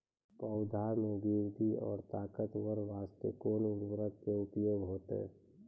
पौधा मे बृद्धि और ताकतवर बास्ते कोन उर्वरक के उपयोग होतै?